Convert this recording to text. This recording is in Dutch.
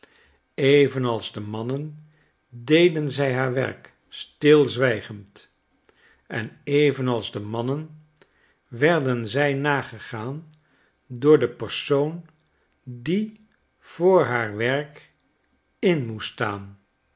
evenalsde mannen deden zij haar werk stilzwijgend en evenalsde mannen werden zij nagegaan door den persoon die voor haar werk in moest